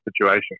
situation